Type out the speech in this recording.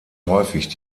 häufig